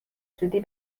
زودی